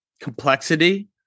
complexity